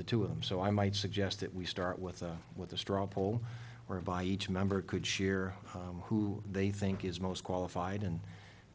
the two of them so i might suggest that we start with what the straw poll whereby each member could share who they think is most qualified and